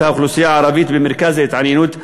האוכלוסייה הערבית במרכז ההתעניינות הלאומית.